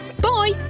Bye